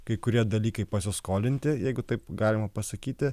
kai kurie dalykai pasiskolinti jeigu taip galima pasakyti